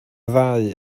ddau